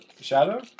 Shadow